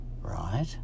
Right